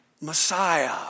Messiah